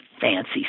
fancy